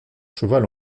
cheval